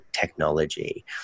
technology